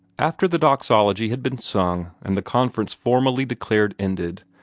after the doxology had been sung and the conference formally declared ended,